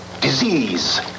Disease